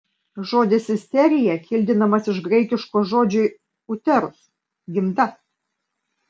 žodis isterija kildinamas iš graikiško žodžio uterus gimda